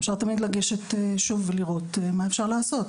אפשר תמיד לגשת שוב ולראות מה אפשר לעשות.